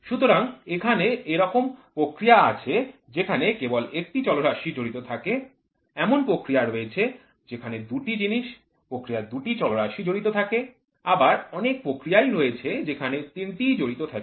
সুতরাং এখানে একরকম প্রক্রিয়া আছে যেখানে কেবল একটি চলরাশি জড়িত থাকে এমন প্রক্রিয়া রয়েছে যেখানে দুটি জিনিস প্রক্রিয়ার দুটি চলরাশি জড়িত থাকে আবার অনেক প্রক্রিয়াই রয়েছে যেখানে তিনটিই জড়িত থাকে